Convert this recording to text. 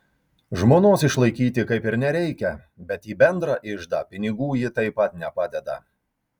žmonos išlaikyti kaip ir nereikia bet į bendrą iždą pinigų ji taip pat nepadeda